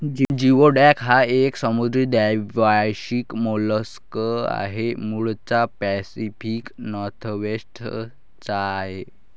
geoduck हा एक समुद्री द्वैवार्षिक मोलस्क आहे, मूळचा पॅसिफिक नॉर्थवेस्ट चा आहे